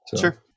Sure